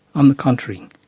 on the contrary,